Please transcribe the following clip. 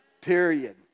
Period